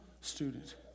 student